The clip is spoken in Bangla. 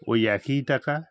ওই একই টাকা